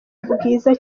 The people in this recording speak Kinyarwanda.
bwiza